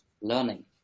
learning